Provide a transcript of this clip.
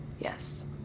Yes